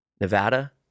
Nevada